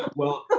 well,